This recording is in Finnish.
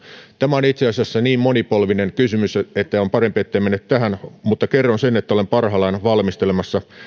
tämä on itse asiassa niin monipolvinen kysymys että on parempi etten mene tähän mutta kerron sen että olen parhaillaan valmistelemassa